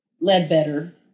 Ledbetter